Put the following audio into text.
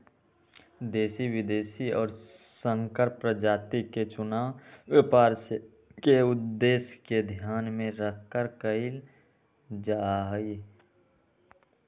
देशी, विदेशी और संकर प्रजाति के चुनाव व्यापार के उद्देश्य के ध्यान में रखकर कइल जाहई